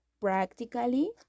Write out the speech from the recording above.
practically